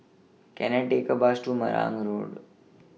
Can I Take A Bus to Marang Road